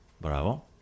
Bravo